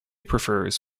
prefers